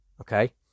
okay